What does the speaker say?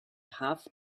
have